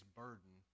burden